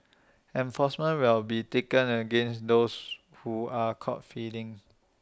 enforcement will be taken against those who are caught feeding